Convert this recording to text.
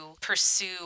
pursue